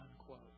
unquote